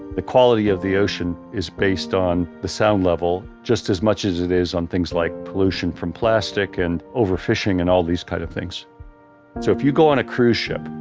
the quality of the ocean is based on the sound level just as much as it is on things like pollution from plastic and overfishing and all these kind of things so if you go on a cruise ship,